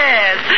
Yes